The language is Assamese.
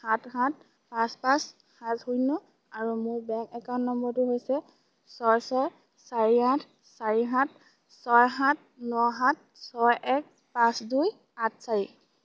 সাত সাত আঠ পাঁচ পাঁচ সাত শূন্য আৰু মোৰ বেংক একাউণ্ট নম্বৰটো হৈছে ছয় ছয় চাৰি আঠ চাৰি সাত ছয় সাত ন সাত ছয় এক পাঁচ দুই আঠ চাৰি